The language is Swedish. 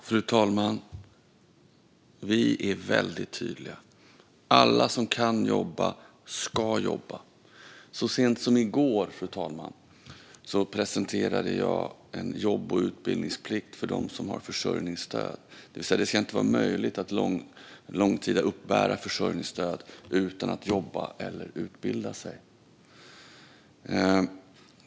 Fru talman! Vi är väldigt tydliga: Alla som kan jobba ska jobba. Så sent som i går, fru talman, presenterade jag en jobb och utbildningsplikt för dem som har försörjningsstöd. Det ska inte vara möjligt att under lång tid uppbära försörjningsstöd utan att jobba eller utbilda sig.